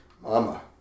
Mama